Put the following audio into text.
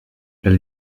elle